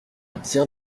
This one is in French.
bien